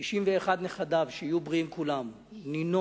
91 נכדיו, שיהיו בריאים כולם, נינו